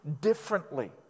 differently